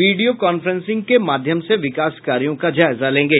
video conferencing के माध्यम से विकास कार्यों का जायजा लेंगे